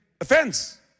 offense